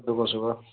दु खसुख